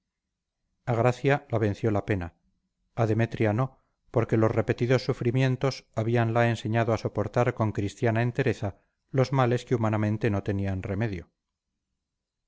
a gracia la venció la pena a demetria no porque los repetidos sufrimientos habíanla enseñado a soportar con cristiana entereza los males que humanamente no tenían remedio